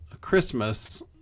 Christmas